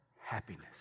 happiness